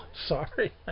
Sorry